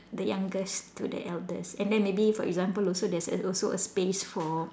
the youngest to the eldest and then maybe for example also there's a also a space for